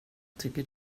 tycker